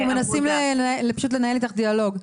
אנחנו מנסים פשוט לנהל איתך דיאלוג.